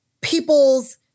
people's